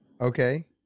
Okay